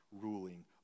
ruling